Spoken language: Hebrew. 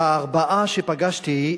הארבעה שפגשתי,